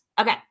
Okay